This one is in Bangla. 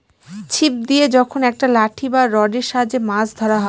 ছিপ দিয়ে যখন একটা লাঠি বা রডের সাহায্যে মাছ ধরা হয়